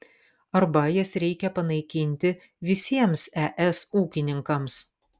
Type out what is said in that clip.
arba jas reikia panaikinti visiems es ūkininkams